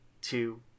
two